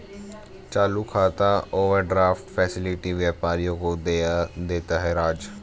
चालू खाता overdraft facility व्यापारियों को देता है राज